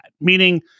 Meaning